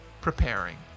preparing